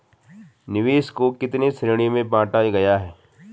निवेश को कितने श्रेणियों में बांटा गया है?